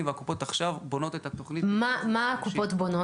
והקופות עכשיו בונות את התוכנית --- מה הקופות בונות?